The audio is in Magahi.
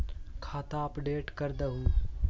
खाता अपडेट करदहु?